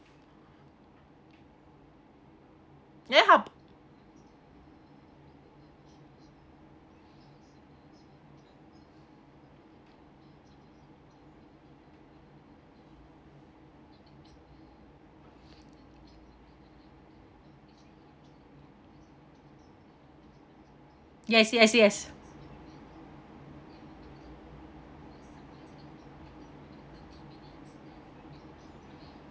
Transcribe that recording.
then how yes yes yes